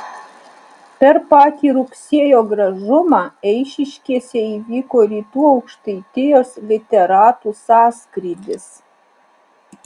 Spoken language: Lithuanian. per patį rugsėjo gražumą eišiškėse įvyko rytų aukštaitijos literatų sąskrydis